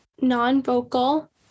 non-vocal